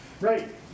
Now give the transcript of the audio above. right